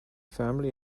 family